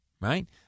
right